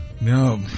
No